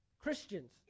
Christians